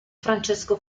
francesco